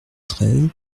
treize